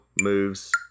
moves